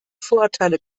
vorurteile